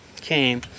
came